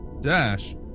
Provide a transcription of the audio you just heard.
dash